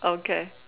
okay